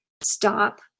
stop